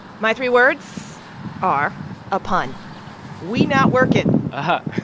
my three words are a pun we not working ah,